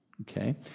Okay